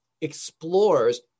explores